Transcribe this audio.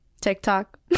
TikTok